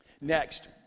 Next